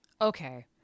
okay